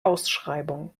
ausschreibung